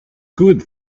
good